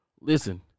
Listen